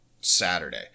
Saturday